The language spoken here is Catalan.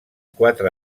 quatre